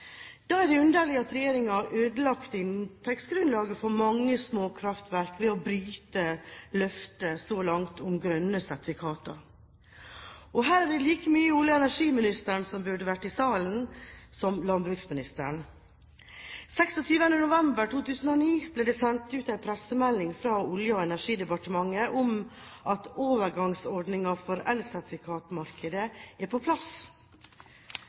Da er det underlig at regjeringen har ødelagt inntektsgrunnlaget for mange småkraftverk ved å bryte løftet så langt om grønne sertifikater. Her er det like mye olje- og energiministeren som landbruksministeren som burde vært til stede i salen. Den 26. november 2009 ble det sendt ut en pressemelding fra Olje- og energidepartementet om at overgangsordningen for elsertifikatmarkedet er på plass.